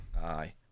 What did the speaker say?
Aye